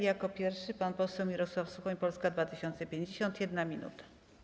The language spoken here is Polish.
Jako pierwszy pan poseł Mirosław Suchoń, Polska 2050. 1 minuta.